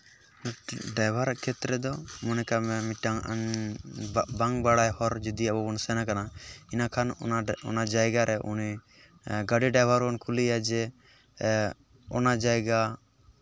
driver ᱟᱜ ᱠᱷᱮᱛᱨᱮ ᱫᱚ ᱢᱚᱱᱮ ᱠᱟᱜ ᱢᱮ ᱢᱤᱫᱴᱟᱱ ᱵᱟᱝ ᱵᱟᱨᱟᱭ ᱦᱚᱨ ᱨᱮ ᱡᱩᱫᱤ ᱟᱵᱚᱵᱚᱱ ᱥᱮᱱ ᱟᱠᱟᱱᱟ ᱤᱱᱟᱹᱠᱷᱟᱱ ᱚᱱᱟ ᱡᱟᱭᱜᱟᱨᱮ ᱩᱱᱤ ᱜᱟᱹᱰᱤ ᱰᱨᱟᱭᱵᱷᱟᱨ ᱵᱚᱱ ᱠᱩᱞᱤᱭᱮᱭᱟ ᱡᱮ ᱚᱱᱟ ᱡᱟᱭᱜᱟ